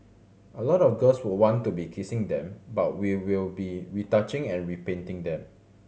a lot of girls would want to be kissing them but we will be retouching and repainting them